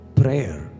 prayer